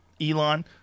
Elon